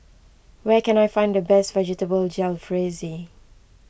where can I find the best Vegetable Jalfrezi